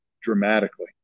dramatically